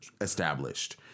established